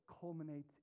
culminates